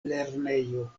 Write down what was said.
lernejo